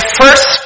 first